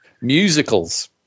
Musicals